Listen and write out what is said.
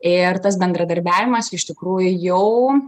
ir tas bendradarbiavimas iš tikrųjų jau